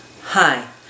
hi